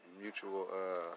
mutual